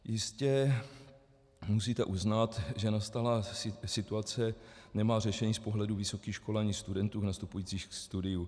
Jistě musíte uznat, že nastalá situace nemá řešení z pohledu vysokých škol ani studentů nastupujících ke studiu.